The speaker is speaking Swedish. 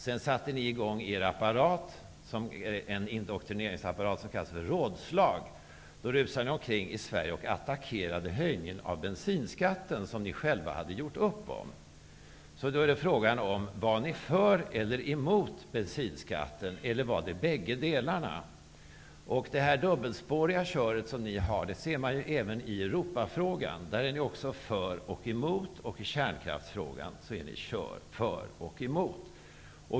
Sedan satte ni i gång er apparat, en indoktrineringsapparat som kallas för rådslag, rusade omkrig i Sverige och attackerade höjningen av bensinskatten, som ni själva hade gjort upp om. Då är frågan: Var ni för eller emot bensinskatten, eller var ni bägge delarna? Det här dubbelspåriga köret ser vi även i Europafrågan. Där är ni också för och emot, liksom i kärnkraftsfrågan.